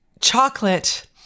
chocolate